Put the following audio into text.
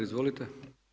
Izvolite.